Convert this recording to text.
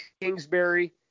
Kingsbury